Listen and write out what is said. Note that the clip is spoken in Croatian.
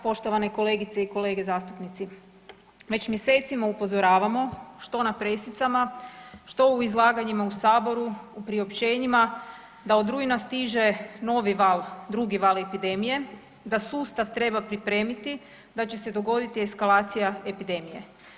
Poštovane kolegice i kolege zastupnici, već mjesecima upozoravamo što na presicama, što u izlaganjima u saboru u priopćenjima da od rujna stiže novi val, drugi val epidemije, da sustav treba pripremiti, da će se dogoditi eskalacija epidemije.